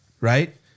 right